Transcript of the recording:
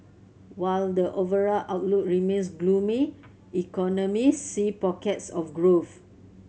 while the overall outlook remains gloomy economists see pockets of growth